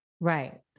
Right